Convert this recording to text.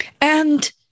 And-